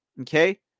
Okay